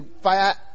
fire